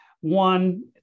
One